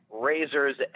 Razor's